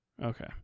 Okay